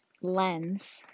lens